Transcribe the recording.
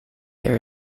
there